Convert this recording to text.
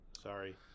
Sorry